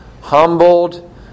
humbled